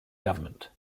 government